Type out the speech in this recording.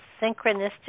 synchronistic